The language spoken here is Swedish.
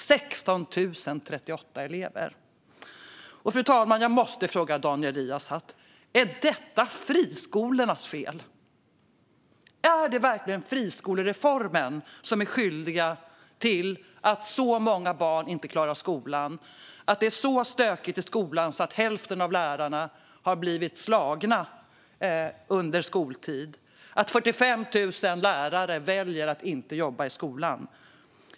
Det var 16 038 elever. Fru talman! Jag måste fråga Daniel Riazat: Är detta friskolornas fel? Är det verkligen friskolereformen som är skyldig till att så många barn inte klarar skolan, att det är så stökigt i skolan att hälften av lärarna har blivit slagna under skoltid och att 45 000 lärare väljer att inte jobba i skolan?